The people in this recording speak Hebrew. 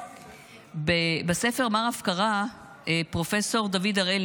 בספר "מר הפקרה" פרופ' דוד הראל,